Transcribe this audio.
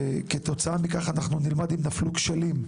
וכתוצאה מכך אנחנו נלמד אם נפלו כשלים,